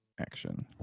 action